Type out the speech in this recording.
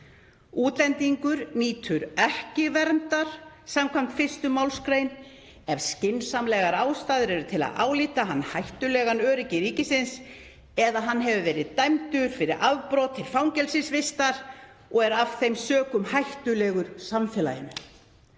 Útlendingur nýtur ekki verndar skv. 1. mgr. ef skynsamlegar ástæður eru til að álíta hann hættulegan öryggi ríkisins eða hann hefur verið dæmdur, fyrir afbrot, til fangelsisvistar og er af þeim sökum hættulegur samfélaginu.